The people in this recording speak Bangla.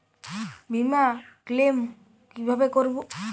বিমা ক্লেম কিভাবে করব?